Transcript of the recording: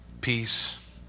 peace